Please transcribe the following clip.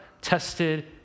tested